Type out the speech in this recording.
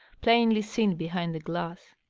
plainly seen behind the glass.